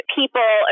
people